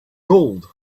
gold